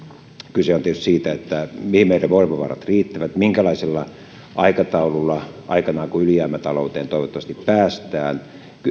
kyse on tietysti siitä mihin meidän voimavarat riittävät minkälaisella aikataululla aikanaan kun ylijäämätalouteen toivottavasti päästään